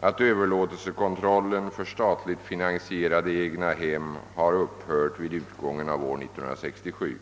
att överlåtelsekontrollen för statligt finansierade egnahem upphört vid utgången av år 1967.